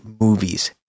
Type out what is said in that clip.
movies